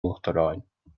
uachtaráin